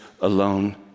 alone